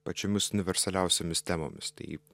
pačiomis universaliausiomis temomis tai